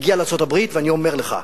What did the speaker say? הגיע לארצות-הברית, ואני אומר לך,